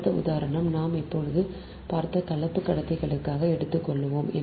அடுத்த உதாரணம் நாம் இப்போது பார்த்த கலப்பு கடத்திகளுக்காக எடுத்துக்கொள்வோம்